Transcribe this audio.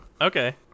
okay